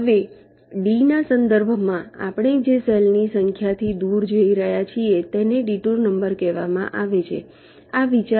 હવે D ના સંદર્ભમાં આપણે જે સેલની સંખ્યાથી દૂર જઈ રહ્યા છીએ તેને ડિટૂર નંબર કહેવામાં આવે છે આ વિચાર છે